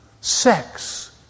Sex